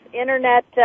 internet